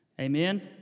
Amen